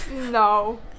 No